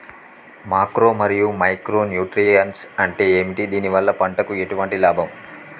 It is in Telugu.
మాక్రో మరియు మైక్రో న్యూట్రియన్స్ అంటే ఏమిటి? దీనివల్ల పంటకు ఎటువంటి లాభం?